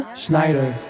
Schneider